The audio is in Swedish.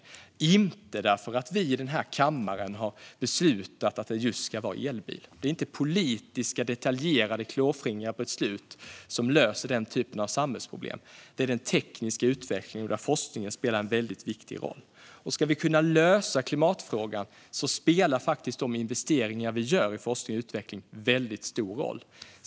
Det sker inte för att vi i denna kammare har beslutat att det just ska vara elbil. Det är inte politiska, detaljerade och klåfingriga beslut som löser den typen av samhällsproblem. Det är den tekniska utvecklingen, och där spelar forskningen en väldigt viktig roll. Ska vi kunna lösa klimatfrågan spelar de investeringar vi gör i forskning och utveckling väldigt stor roll.